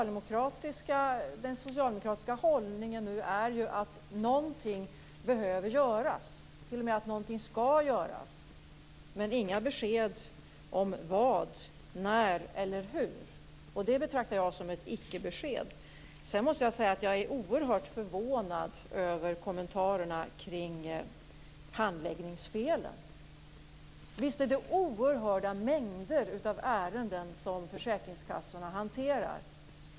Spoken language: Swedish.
Den socialdemokratiska hållningen är att någonting behöver göras, t.o.m. att någonting skall göras. Men vi får inga besked om när, vad eller hur. Det betraktar jag som ett ickebesked. Jag måste säga att jag är oerhört förvånad över kommentarerna kring handläggningsfelen. Visst är det oerhörda mängder av ärenden som försäkringskassorna hanterar.